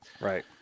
Right